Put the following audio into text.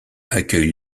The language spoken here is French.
accueille